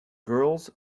girls